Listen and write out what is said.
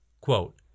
Quote